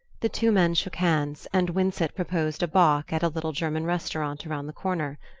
the two men shook hands, and winsett proposed a bock at a little german restaurant around the corner.